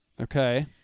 Okay